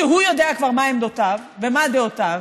שהוא כבר יודע מה עמדותיו ומה דעותיו,